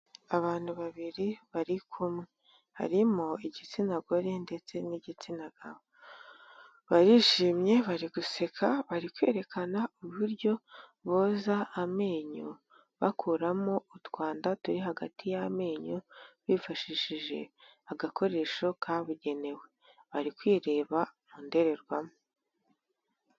Abantu babiri bari kumwe harimo igitsina gore ndetse n'igitsina gabo, barishimye bari guseka bari kwerekana uburyo boza amenyo bakuramo utwanda turi hagati y'amenyo bifashishije agakoresho kabugenewe, bari kwireba mu ndorerwamo.